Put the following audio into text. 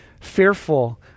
fearful